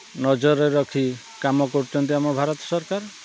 ନଜରରେ ରଖି କାମ କରୁଛନ୍ତି ଆମ ଭାରତ ସରକାର